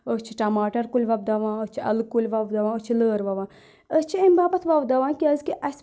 أسۍ چھِ ٹَماٹر کُلۍ وۄپداوان أسۍ چھِ اَلہٕ کُلۍ وۄپداوان أسۍ چھِ لٲر وَوان أسۍ چھِ امہِ باپَتھ وۄپداوان کیازکہِ اَسہِ چھُنہٕ